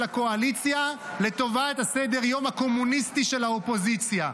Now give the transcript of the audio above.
הקואליציה לטובת סדר-היום הקומוניסטי של האופוזיציה.